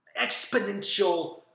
exponential